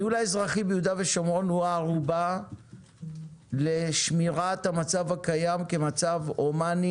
הניהול האזרחי ביהודה ושומרון הוא הערובה לשמירת המצב הקיים כמצב הומני,